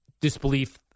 Disbelief